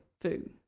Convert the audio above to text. food